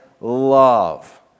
love